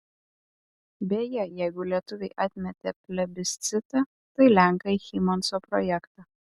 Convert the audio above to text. beje jeigu lietuviai atmetė plebiscitą tai lenkai hymanso projektą